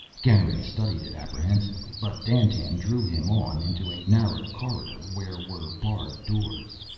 garin studied it apprehensively. but dandtan drew him on into a narrow corridor where were barred doors.